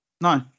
No